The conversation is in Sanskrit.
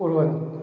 कुर्वन्ति